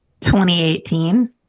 2018